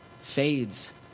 fades